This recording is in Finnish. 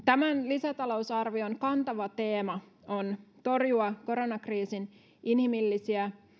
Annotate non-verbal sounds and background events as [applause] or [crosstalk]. [unintelligible] tämän lisätalousarvion kantava teema on torjua koronakriisin inhimillisiä